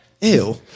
Ew